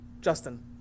Justin